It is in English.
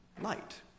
light